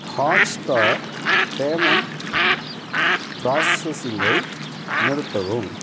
Hotstar payment ப்ராசஸிங்கை நிறுத்தவும்